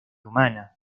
humana